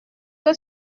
que